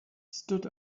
stood